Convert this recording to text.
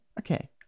okay